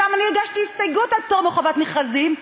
שם אני הגשתי הסתייגות על פטור מחובת מכרזים,